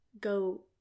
go